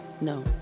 No